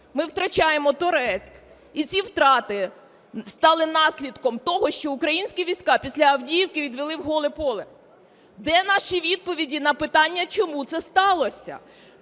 ми втрачаємо Торецьк, і ці втрати стали наслідком того, що українські війська після Авдіївки відвели в голе поле. Де наші відповіді на питання, чому це сталося?